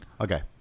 okay